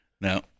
Now